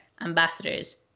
ambassadors